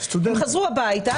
הם חזרו הביתה,